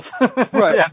Right